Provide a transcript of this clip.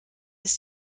ist